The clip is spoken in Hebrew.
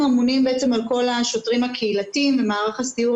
אנחנו אמונים בעצם על כל השוטרים הקהילתיים במערך הסיור